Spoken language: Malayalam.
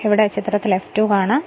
ഇവിടെ ചിത്രത്തിൽ F2 കാണാം